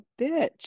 bitch